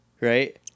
right